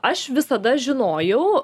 aš visada žinojau